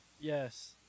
Yes